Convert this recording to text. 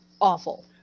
Awful